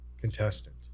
contestant